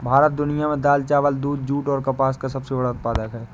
भारत दुनिया में दाल, चावल, दूध, जूट और कपास का सबसे बड़ा उत्पादक है